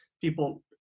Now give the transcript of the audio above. people